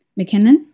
mckinnon